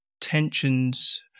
tensions